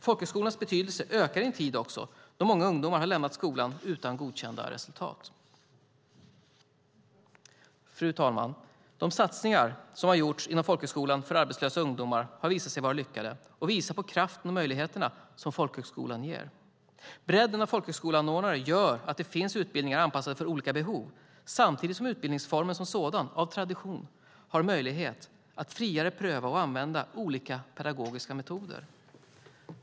Folkhögskolornas betydelse ökar också i en tid då många ungdomar har lämnat skolan utan godkända resultat. Fru talman! De satsningar som har gjorts inom folkhögskolan för arbetslösa ungdomar har visat sig vara lyckade och visar på kraften och möjligheterna som folkhögskolan ger. Bredden av folkhögskoleanordnare gör att det finns utbildningar anpassade för olika behov samtidigt som utbildningsformen som sådan av tradition har möjlighet att friare pröva och använda olika pedagogiska metoder.